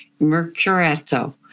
Mercureto